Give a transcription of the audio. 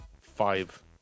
Five